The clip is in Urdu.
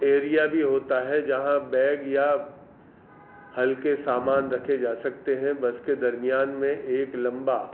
ایریا بھی ہوتا ہے جہاں بیگ یا ہلکے سامان رکھے جا سکتے ہیں بس کے درمیان میں ایک لمبا